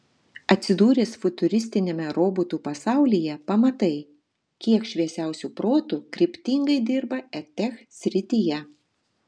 atsidūręs futuristiniame robotų pasaulyje pamatai kiek šviesiausių protų kryptingai dirba edtech srityje